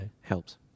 helps